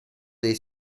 dei